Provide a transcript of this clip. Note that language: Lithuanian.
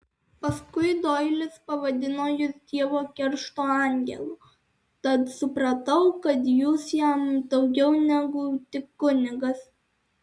paskui doilis pavadino jus dievo keršto angelu tad supratau kad jūs jam daugiau negu tik kunigas